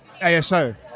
ASO